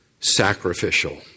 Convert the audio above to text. sacrificial